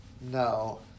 No